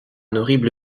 horrible